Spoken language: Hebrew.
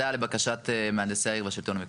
זה היה לבקשת מהנדסי העיר בשלטון המקומי.